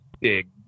big